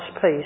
peace